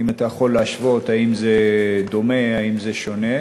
אם אתה יכול להשוות, האם זה דומה, האם זה שונה?